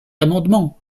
amendement